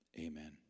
amen